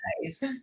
nice